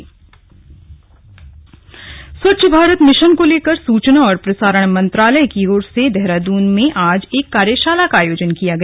slug स्वच्छता कार्यशाला Swachh Bharat mission को लेकर सूचना और प्रसारण मंत्रालय की ओर से देहरादून में आज एक कार्यशाला का आयोजन किया गया